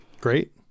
Great